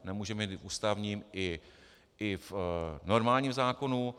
Nemůžeme je mít ústavním i v normálním zákonu.